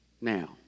now